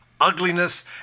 ugliness